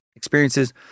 experiences